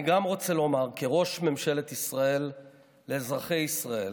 אני גם רוצה לומר כראש ממשלת ישראל לאזרחי ישראל: